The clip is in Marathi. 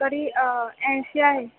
तरी ऐंशी आहे